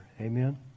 Amen